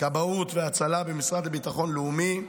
כבאות והצלה במשרד לביטחון לאומי,